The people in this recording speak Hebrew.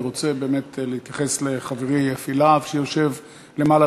אני רוצה באמת להתייחס לחברי אפי להב שיושב למעלה